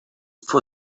for